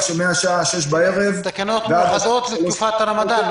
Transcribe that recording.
שמהשעה 18:00 בערב ועד --- תקנות מיוחדות לתקופת הרמדאן,